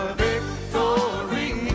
victory